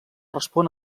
respon